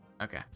Okay